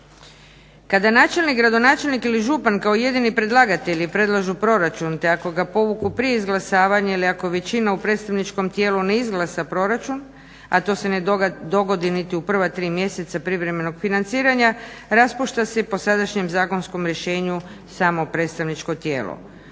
Kada načelnik, gradonačelnik ili župan kao jedini predlagatelji predlažu proračun, te ako ga povuku prije izglasavanja ili ako većina u predstavničkom tijelu ne izglasa proračun, a to se ne dogodi niti u prva tri mjeseca privremenog financiranja raspušta se i po sadašnjem zakonskom rješenju samo predstavničko tijelo.